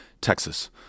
Texas